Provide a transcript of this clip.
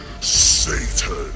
Satan